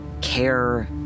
care